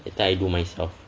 later I do myself